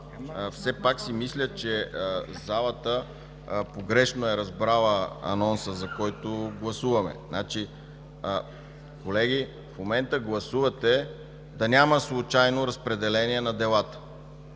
все пак си мисля, че залата погрешно е разбрала анонса, за който гласуваме. Колеги, в момента гласувате да няма случайно разпределение на делата.